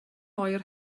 oer